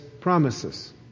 promises